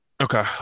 Okay